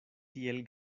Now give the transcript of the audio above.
tiel